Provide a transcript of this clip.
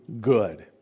good